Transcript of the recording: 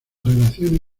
relación